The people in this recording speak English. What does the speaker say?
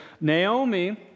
Naomi